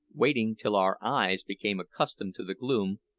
waiting till our eyes became accustomed to the gloom,